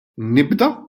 nibda